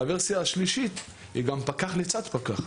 והוורסיה השלישית היא גם פקח לצד פקח,